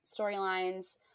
storylines